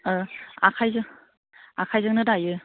आखायजोंनो दायो